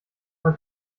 von